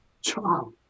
job